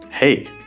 Hey